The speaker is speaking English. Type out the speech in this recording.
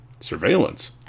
Surveillance